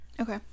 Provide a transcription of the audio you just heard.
Okay